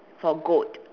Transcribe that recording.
for goat